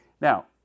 Now